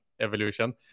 Evolution